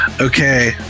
okay